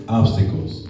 obstacles